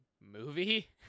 movie